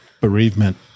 bereavement